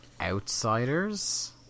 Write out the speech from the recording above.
Outsiders